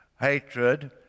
hatred